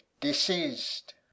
deceased